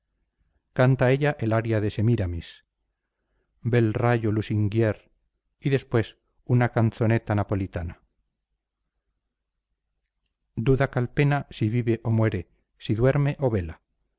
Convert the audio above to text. canta ella el aria de semíramis bel raggio lusinghier y después una canzoneta napolitana duda calpena si vive o muere si duerme o vela